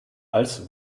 als